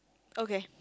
okay